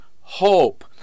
hope